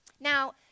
Now